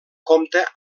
compta